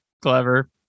clever